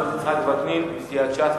חבר הכנסת יצחק וקנין מסיעת ש"ס,